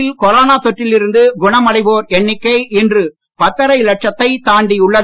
நாட்டில் கொரோனா தொற்றில் இருந்து குணமடைவோர் எண்ணிக்கை இன்று பத்தரை லட்சத்தை தாண்டியுள்ளது